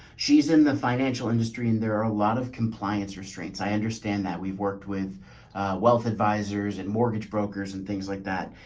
she's in the financial industry and there are a lot of compliance restraints. i understand that we've worked with wealth advisors and mortgage brokers and things like that.